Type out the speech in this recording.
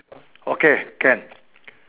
okay can